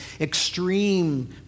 extreme